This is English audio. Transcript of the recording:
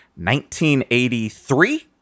1983